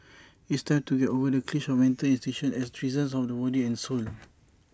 it's time to get over the cliche of mental institutions as prisons of the body and soul